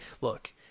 look